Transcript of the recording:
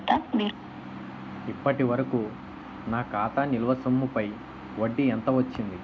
ఇప్పటి వరకూ నా ఖాతా నిల్వ సొమ్ముపై వడ్డీ ఎంత వచ్చింది?